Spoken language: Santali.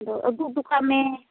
ᱟᱫᱚ ᱟᱜᱩ ᱦᱚᱴᱚ ᱠᱟᱜᱢᱮ